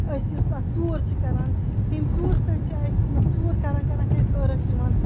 أسۍ یُس اتھ ژوٗر چھِ کَران تمہِ ژوٗرٕ سۭتۍ چھِ أسۍ مَطلَب ژوٗر کَران کَران چھ اَسہِ ٲرَکھ یِوان